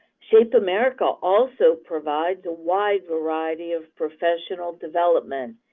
shape america also provides a wide variety of professional development,